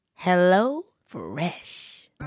HelloFresh